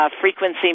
frequency